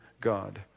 God